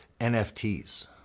nfts